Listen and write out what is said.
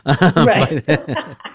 Right